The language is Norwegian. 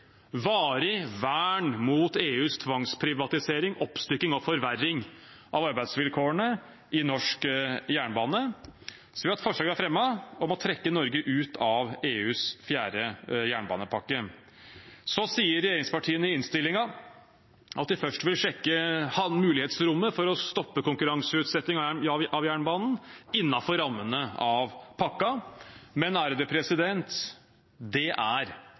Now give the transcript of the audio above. varig vern mot EUs tvangsprivatisering, oppstykking og forverring av arbeidsvilkårene i norsk jernbane. Vi har fremmet et forslag om å trekke Norge ut av EUs fjerde jernbanepakke. Regjeringspartiene sier i innstillingen at de først vil sjekke mulighetsrommet for å stoppe konkurranseutsettingen av jernbanen innenfor rammene av pakken, men det er å tro på julenissen når hele formålet med pakken nettopp er